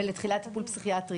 ולתחילת טיפול פסיכיאטרי